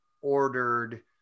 ordered